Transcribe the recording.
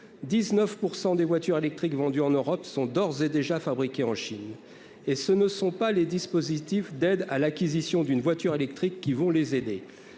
100 des voitures électriques vendues en Europe sont d'ores et déjà fabriqués en Chine et ce ne sont pas les dispositifs d'aide à l'acquisition d'une voiture électrique qui vont les aider